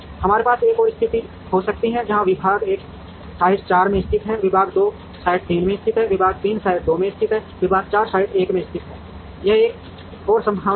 हमारे पास एक और स्थिति हो सकती है जहां विभाग एक साइट 4 में स्थित है विभाग 2 साइट 3 में स्थित है विभाग 3 साइट 2 में स्थित है विभाग 4 साइट 1 में स्थित है यह एक और संभावना है